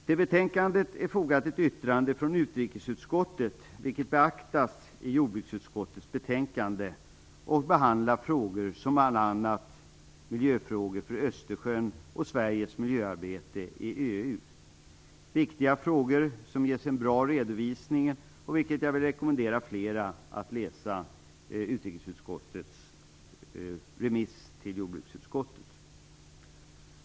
Till betänkandet är ett yttrande från utrikesutskottet fogat, vilket beaktas i jordbruksutskottets betänkande. I yttrandet behandlas bl.a. miljöfrågor när det gäller Östersjön och Sveriges miljöarbete i EU. Det är viktiga frågor som ges en bra redovisning, och jag rekommenderar fler att läsa utrikesutskottets remiss till jordbruksutskottet.